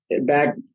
back